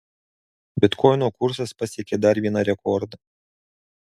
bitkoino kursas pasiekė dar vieną rekordą